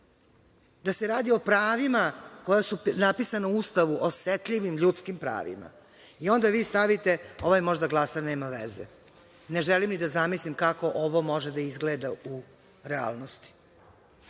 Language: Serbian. da se radi o pravima koja su napisana u Ustavu, o osetljivim ljudskim pravima. Onda vi stavite ovaj može da glasa, nema veze. Ne želim ni da zamislim kako ovo može da izgleda u realnosti.